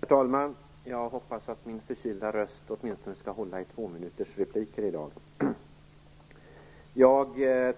Herr talman! Jag hoppas att min förkylda röst åtminstone skall hålla i tvåminutersrepliker i dag. Jag